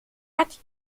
hat